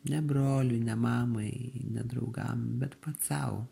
ne broliui ne mamai ne draugam bet pats sau